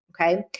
okay